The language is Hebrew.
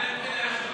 אין ועדות.